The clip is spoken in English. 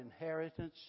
inheritance